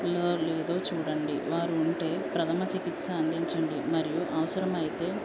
రో లేదో చూడండి వారు ఉంటే ప్రథమ చికిత్స అందించండి మరియు అవసరమైతే